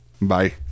Bye